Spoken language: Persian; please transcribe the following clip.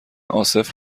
عاصف